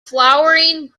flowering